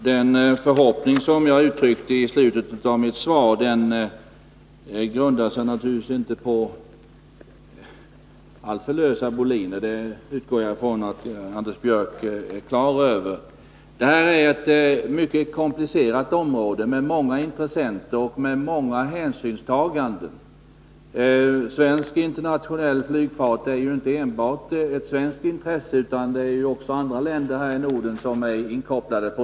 Herr talman! Den förhoppning som jag uttryckte i slutet av mitt svar på interpellationen har naturligtvis inte alltför lös grund — det utgår jag ifrån att Anders Björck är klar över. Detta är ett mycket komplicerat område med många intressenter och med många hänsynstaganden. Svensk internationell flygfart är ju inte enbart ett svenskt intresse, utan också andra nordiska länder är inkopplade.